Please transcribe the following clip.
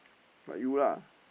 like you lah